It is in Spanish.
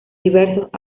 diversos